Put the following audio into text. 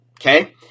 okay